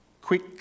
quick